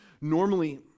normally